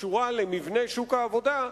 שקשורה למבנה שוק העבודה,